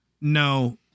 no